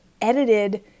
edited